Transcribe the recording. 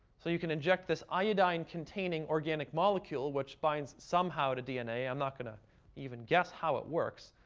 so you can inject this iodine-containing organic molecule, which binds somehow to dna. i'm not going to even guess how it works.